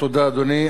תודה, אדוני.